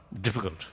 difficult